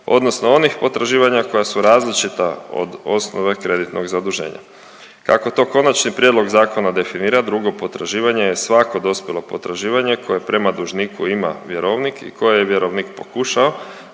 odnosno onih potraživanja koja su različita od osnove kreditnog zaduženja. Kako to Konačni prijedlog zakona definira drugo potraživanje je svako dospjelo potraživanje koje prema dužniku ima vjerovnik i koje je vjerovnik pokušao,